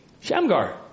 Shamgar